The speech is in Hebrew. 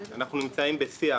אנחנו נמצאים בשיח